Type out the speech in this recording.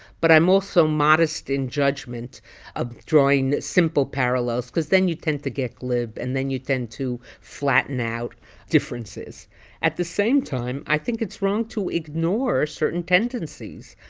but i'm also modest in judgment of drawing simple parallels because then you tend to get glib, and then you tend to flatten out differences at the same time, i think it's wrong to ignore certain tendencies,